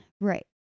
Right